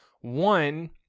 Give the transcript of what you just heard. one